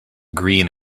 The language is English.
green